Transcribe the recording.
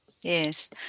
yes